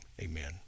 Amen